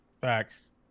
Facts